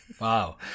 Wow